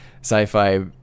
sci-fi